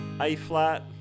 A-flat